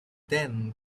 then